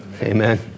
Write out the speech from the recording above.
Amen